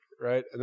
right